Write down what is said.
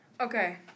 Okay